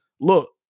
look